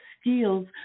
skills